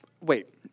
wait